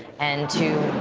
and to,